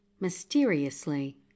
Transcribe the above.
Mysteriously